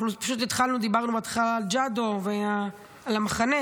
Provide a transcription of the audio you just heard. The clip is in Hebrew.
פשוט התחלנו, דיברנו בתחילה על ג'אדו ועל המחנה.